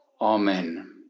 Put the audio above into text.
Amen